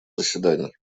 заседаний